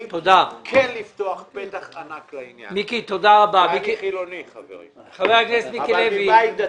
לפתוח פתח ענק לעניין הזה ואני חילוני אבל מבית דתי.